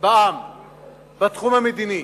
בעם בתחום המדיני,